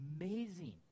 amazing